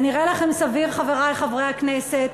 זה נראה לכם סביר, חברי חברי הכנסת,